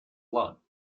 lot